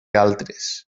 altres